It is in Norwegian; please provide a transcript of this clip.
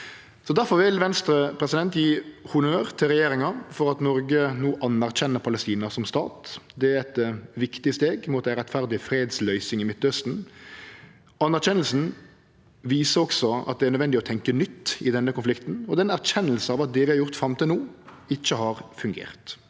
Difor vil Venstre gje honnør til regjeringa for at Noreg no anerkjenner Palestina som stat. Det er eit viktig steg mot ei rettferdig fredsløysing i Midtausten. Anerkjenninga viser også at det er nødvendig å tenkje nytt i denne konflikten, og det er ei erkjenning av at det vi har gjort fram til no, ikkje har fungert.